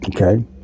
Okay